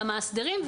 למאסדרים,